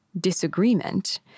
disagreement